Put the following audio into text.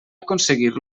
aconseguir